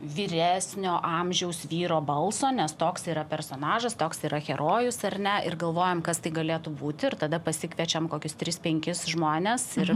vyresnio amžiaus vyro balso nes toks yra personažas toks yra herojus ar ne ir galvojam kas tai galėtų būti ir tada pasikviečiam kokius tris penkis žmones ir